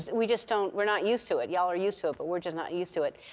we just don't we're not used to it. y'all are used to it, but we're just not used to it.